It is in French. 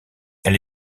elle